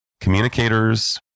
communicators